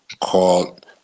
called